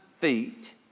feet